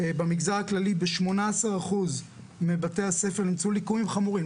במגזר הכללי ב-18% מבתי הספר נמצאו ליקויים חמורים.